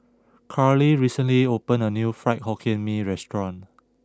Karlie recently opened a new Fried Hokkien Mee restaurant